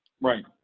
Right